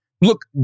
look